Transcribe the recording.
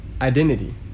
identity